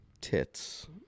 tits